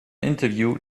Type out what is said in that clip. interview